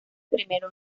primero